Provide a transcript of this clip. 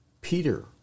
peter